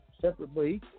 Separately